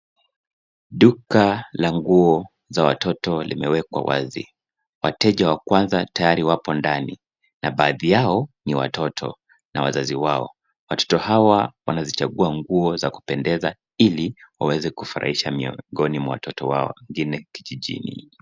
Duka la nguo za watoto limewekwa wazi. Wateja wa kwanza tayari wapo ndani na baadhi yao ni watoto na wazazi wao. Watoto hawa wanazichagua nguo za kupendeza ili waweze kufurahisha miongoni mwa watoto hao wengine kijijini.